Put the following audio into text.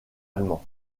allemand